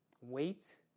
Wait